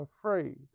afraid